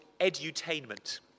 edutainment